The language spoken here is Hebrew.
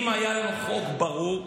אם היה חוק ברור,